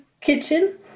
kitchen